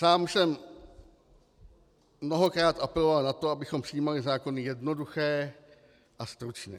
Sám jsem mnohokrát apeloval na to, abychom přijímali zákony jednoduché a stručné.